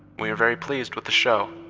we were very pleased with the show.